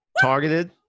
Targeted